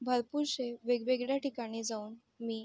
भरपूरशा वेगवेगळ्या ठिकाणी जाऊन मी